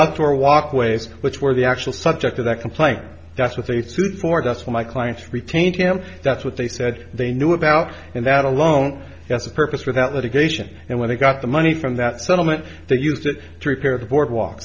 other walkways which were the actual subject of that complaint that's what they sued for that's what my clients retained him that's what they said they knew about and that alone has a purpose without litigation and when they got the money from that settlement they used it to repair the boardwalk